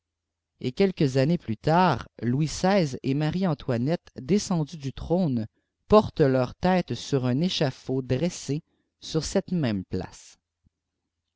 et quelques années plus tard louis xvi et marie-antoinette descendus mitrène portent leur tête sur un échafaud dressé sur cette même place